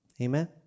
Amen